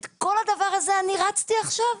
את כל הדבר הזה רצתי עכשיו?",